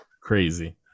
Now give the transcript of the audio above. Crazy